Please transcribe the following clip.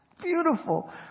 beautiful